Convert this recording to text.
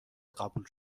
قبول